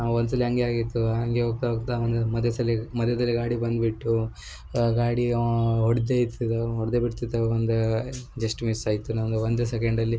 ಒಂದು ಸಲ ಹಂಗೆ ಆಗಿತ್ತು ಹಂಗೆ ಹೋಗ್ತಾ ಹೋಗ್ತಾ ಒಂದೇ ಮದ್ಯಸಲಿ ಮಧ್ಯದಲ್ಲೇ ಗಾಡಿ ಬಂದುಬಿಟ್ಟು ಗಾಡಿ ಅವ ಹೊಡ್ದೆ ಇತ್ತಿದ ಹೊಡೆದೇ ಬಿಡ್ತಿದ್ದ ಒಂದು ಜಸ್ಟ್ ಮಿಸ್ ಆಯಿತು ನಮ್ದು ಒಂದೇ ಸೆಕೆಂಡಲ್ಲಿ